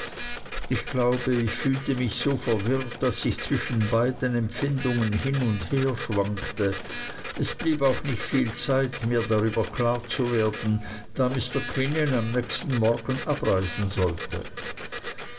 ich glaube ich fühlte mich so verwirrt daß ich zwischen beiden empfindungen hin und her schwankte es blieb auch nicht viel zeit mir darüber klar zu werden da mr quinion am nächsten morgen abreisen sollte